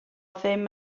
ddim